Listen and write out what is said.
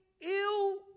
ill